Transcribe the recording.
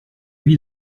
vie